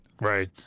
Right